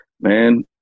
man